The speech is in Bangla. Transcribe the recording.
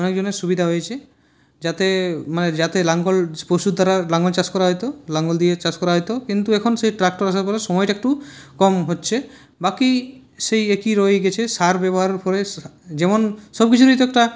অনেকজনের সুবিধা হয়েছে যাতে মানে যাতে লাঙ্গল পশুর দ্বারা লাঙ্গল চাষ করা হতো লাঙল দিয়ে চাষ করা হতো কিন্তু এখন সে ট্রাক্টর এসে পড়ায় সময়টা একটু কম হচ্ছে বাকি সেই একই রয়ে গেছে সার ব্যবহারের ফলে যেমন সব কিছুরই তো একটা